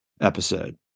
episode